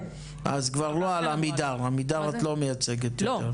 אז כבר לא על עמידר, עמידר את לא מייצגת יותר?